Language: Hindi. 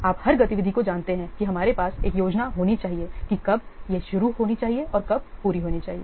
आप हर गतिविधि को जानते हैं कि हमारे पास एक योजना होनी चाहिए कि यह कब शुरू होनी चाहिए और कब पूरी होनी चाहिए